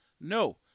No